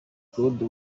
claude